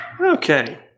Okay